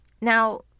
now